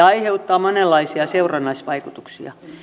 aiheuttaa monenlaisia seurannaisvaikutuksia